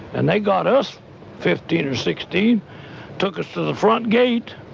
and they got us fifteen or sixteen took us to the front gate,